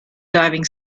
diving